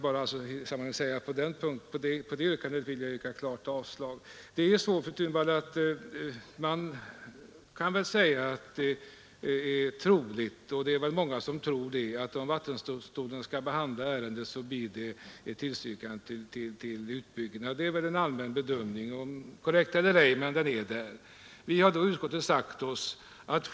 På det yrkandet yrkar jag klart avslag. Det är troligt, fru Thunvall och många tror så att om vattendomstolen skall behandla detta ärende blir slutresultatet ett tillstånd för utbyggnad. Det är nog den vanligaste bedömningen, den må vara korrekt eller inte.